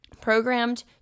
programmed